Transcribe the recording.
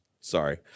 Sorry